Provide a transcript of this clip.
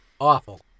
awful